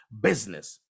business